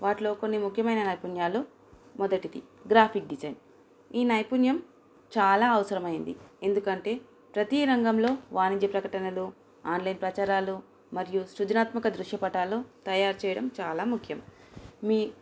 వాటిలో కొన్ని ముఖ్యమైన నైపుణ్యాలు మొదటిది గ్రాఫిక్ డిజైన్ ఈ నైపుణ్యం చాలా అవసరమైంది ఎందుకంటే ప్రతీ రంగంలో వాణిజ్య ప్రకటనలు ఆన్లైన్ ప్రచారాలు మరియు సృజనాత్మక దృశ్యపటాలు తయారు చెయ్యడం చాలా ముఖ్యం మీ